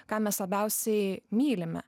ką mes labiausiai mylime